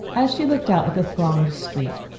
as she looked out at the thronged street,